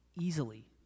easily